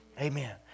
amen